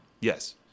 Yes